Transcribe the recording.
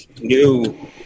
new